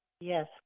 Yes